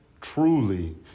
truly